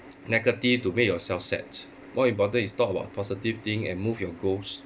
negative to make yourself sad more important is talk about positive thing and move your goals